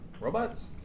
robots